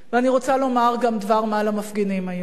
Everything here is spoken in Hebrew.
אני רוצה לומר גם דבר-מה למפגינים היום,